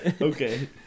Okay